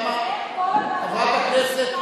ונבקר ברכבות.